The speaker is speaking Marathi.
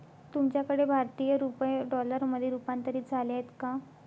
तुमच्याकडे भारतीय रुपये डॉलरमध्ये रूपांतरित झाले आहेत का?